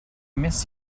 miss